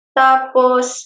tapos